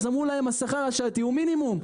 אז אמרו להם שהשכר השעתי הוא מינימום.